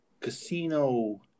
casino